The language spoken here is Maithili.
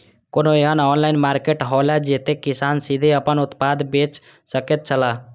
कोनो एहन ऑनलाइन मार्केट हौला जते किसान सीधे आपन उत्पाद बेच सकेत छला?